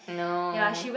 no